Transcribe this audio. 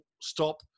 stop